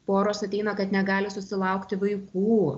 poros ateina kad negali susilaukti vaikų